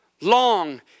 long